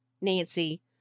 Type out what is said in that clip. Nancy